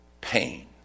pain